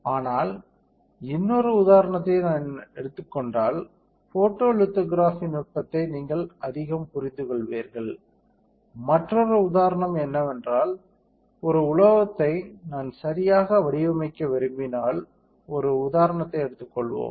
ஆனால் இன்னொரு உதாரணத்தை நான் எடுத்துக் கொண்டால் போட்டோலிதோகிராஃபி நுட்பத்தை நீங்கள் அதிகம் புரிந்துகொள்வீர்கள் மற்றொரு உதாரணம் என்னவென்றால் ஒரு உலோகத்தை நான் சரியாக வடிவமைக்க விரும்பினால் ஒரு உதாரணத்தை எடுத்துக் கொள்வோம்